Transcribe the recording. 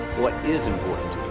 what is important